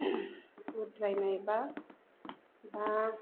उद्रायनायबा दा